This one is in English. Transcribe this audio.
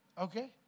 Okay